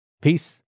Peace